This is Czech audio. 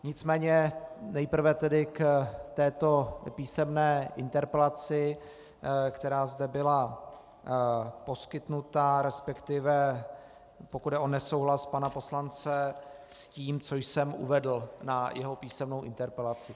Nicméně nejprve tedy k této písemné interpelaci, která zde byla poskytnuta, respektive pokud jde o nesouhlas pana poslance s tím, co jsem uvedl na jeho písemnou interpelaci.